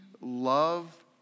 love